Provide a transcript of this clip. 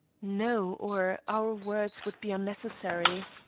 no, or our words would be unnecessary.